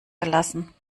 gelassen